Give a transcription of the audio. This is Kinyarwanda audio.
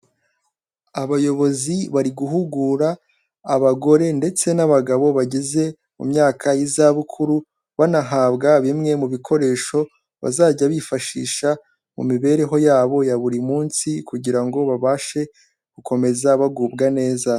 Abayobozi bari guhugura abagore ndetse n'abagabo bageze mu myaka y'izabukuru, banahabwa bimwe mu bikoresho bazajya bifashisha mu mibereho yabo ya buri munsi kugira ngo babashe gukomeza bagubwa neza.